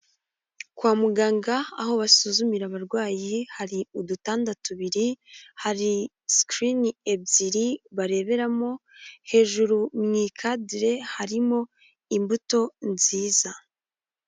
Kwa muganga aho basuzumira abarwayi, hari udutanda tubiri, hari sikurini ebyiri bareberamo, hejuru mu ikadire harimo imbuto nziza.